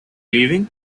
leaving